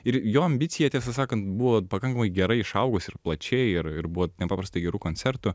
ir jo ambicija tiesą sakant buvo pakankamai gerai išaugus ir plačiai ir ir buvo nepaprastai gerų koncertų